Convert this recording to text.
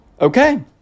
okay